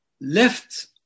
left